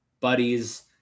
buddies